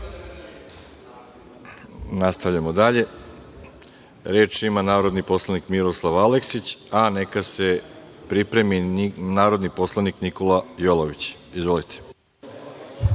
želim.)Nastavljamo dalje. Reč ima narodni poslanik Miroslav Aleksić, a neka se pripremi narodni poslanik Nikola Jolović. Izvolite.